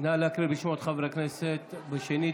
נא להקריא את שמות חברי הכנסת שנית,